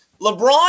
LeBron